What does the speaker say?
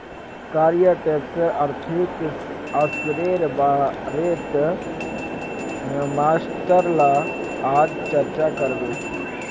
कर या टैक्सेर आर्थिक असरेर बारेत मास्टर ला आज चर्चा करबे